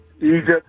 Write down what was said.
Egypt